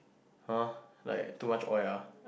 !huh! like too much oil ah